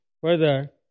further